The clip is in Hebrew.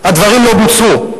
הדברים לא בוצעו.